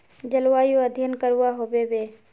जलवायु अध्यन करवा होबे बे?